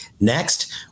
Next